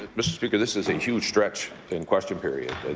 ah mr. speaker, this is a huge stretch in question period.